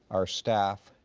our staff,